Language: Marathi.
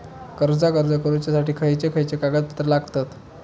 कर्जाक अर्ज करुच्यासाठी खयचे खयचे कागदपत्र लागतत